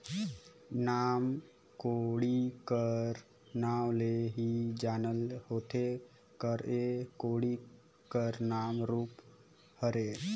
नान कोड़ी कर नाव ले ही जानल होथे कर एह कोड़ी कर नान रूप हरे